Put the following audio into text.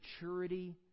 maturity